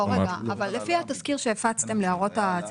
לפי התזכיר שהפצתם להערות הציבור,